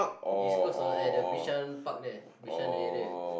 East Coast or at the Bishan-Park there Bishan area